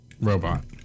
robot